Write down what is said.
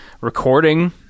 recording